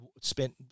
spent